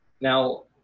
Now